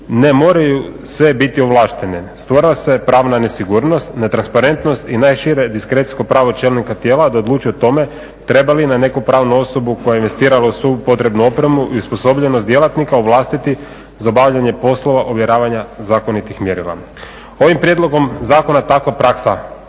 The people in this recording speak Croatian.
ne moraju sve biti ovlaštene. Stvara se pravna nesigurnost, netransparentnost i najšire diskrecijsko pravo čelnika tijela da odluči o tome treba li na neku pravu osobu koja je investirala u svu potrebnu opremu i osposobljenost djelatnika u vlastiti za obavljanje poslova ovjeravanja zakonitih mjerila. Ovim prijedlogom zakona tako praksa